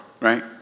right